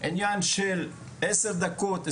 בעניין של 10 דקות,